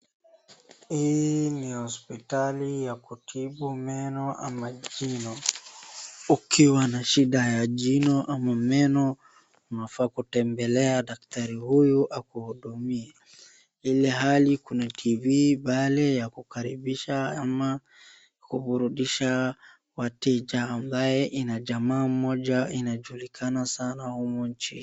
Hii ni hospitali ya kutibu meno ama jino, ukiwa na shida ya jino ama meno, unafaa kutembelea daktari huyu akuhudumie. Ilhali kuna TV, pahali ya kukaribisha ama kuburudisha wateja ambaye ina jamaa mmoja inajulikana sana humu nchini.